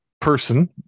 person